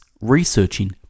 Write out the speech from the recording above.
researching